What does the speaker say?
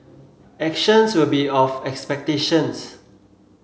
actions will be of expectations